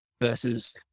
Versus